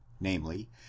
namely